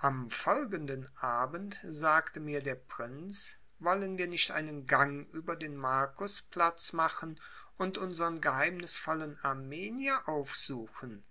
am folgenden abend sagte mir der prinz wollen wir nicht einen gang über den markusplatz machen und unsern geheimnisvollen armenier aufsuchen